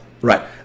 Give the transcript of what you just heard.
Right